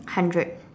hundred